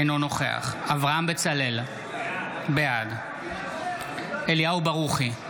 אינו נוכח אברהם בצלאל, בעד אליהו ברוכי,